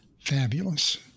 fabulous